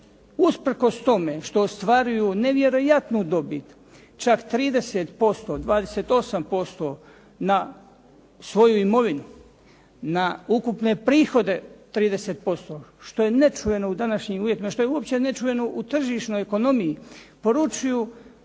usprkos tome što ostvaruju nevjerojatnu dobit, čak 30%, 28% na svoju imovinu, na ukupne prihode 30% što je nečuveno u današnjim uvjetima, što je uopće nečuveno u tržišnoj ekonomiji poručuju